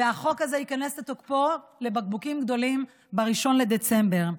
והחוק הזה לבקבוקים גדולים ייכנס לתוקפו ב-1 בדצמבר.